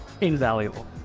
invaluable